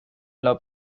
law